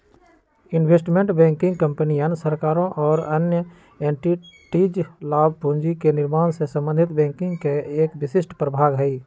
investment banking कंपनियन, सरकारों और अन्य एंटिटीज ला पूंजी के निर्माण से संबंधित बैंकिंग के एक विशिष्ट प्रभाग हई